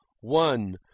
ONE